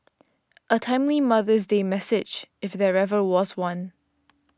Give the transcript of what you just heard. a timely Mother's Day message if there ever was one